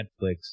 Netflix